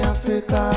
Africa